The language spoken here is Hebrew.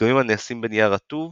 דגמים הנעשים בנייר רטוב